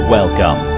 Welcome